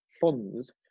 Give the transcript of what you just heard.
funds